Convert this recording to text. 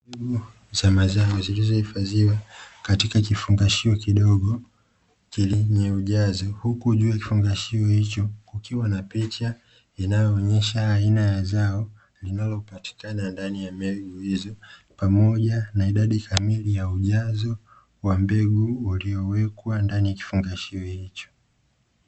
Mbegu za mazao zilizohifadhiwa katika kifungashio kidogo chenye ujazo huku juu ya kifungashio hicho, kukiwa na picha inayoonyesha aina ya zao linalopatikana ndani ya mbegu hizo pamoja na idadi kamili ya ujazo wa mbegu uliowekwa ndani ya kifungashio hicho.